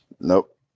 Nope